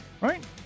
Right